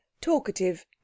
talkative